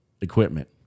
equipment